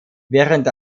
während